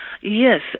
Yes